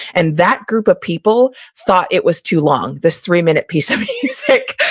and that group of people thought it was too long. this three-minute piece of music.